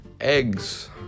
eggs